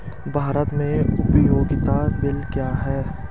भारत में उपयोगिता बिल क्या हैं?